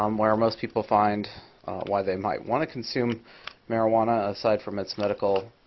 um where most people find why they might want to consume marijuana, aside from its medical